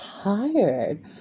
tired